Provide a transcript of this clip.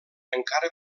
encara